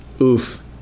Oof